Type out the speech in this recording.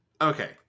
Okay